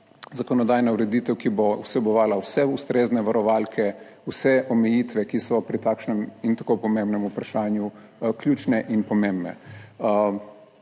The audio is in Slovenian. zakonodajna ureditev, ki bo vsebovala vse ustrezne varovalke, vse omejitve, ki so pri takšnem in tako pomembnem vprašanju ključne in pomembne.